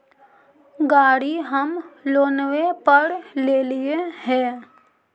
गाड़ी हम लोनवे पर लेलिऐ हे?